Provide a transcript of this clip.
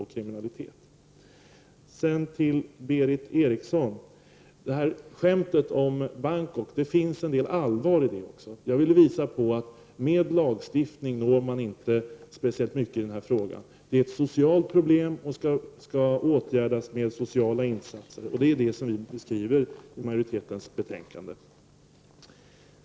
Det finns en hel del allvar i skämtet om Bangkok, Berith Eriksson. Jag ville visa på att man med lagstiftning inte når speciellt långt i denna fråga. Det är ett socialt problem och skall åtgärdas med sociala insatser, vilket vi i majoriteten framhåller i betänkandet.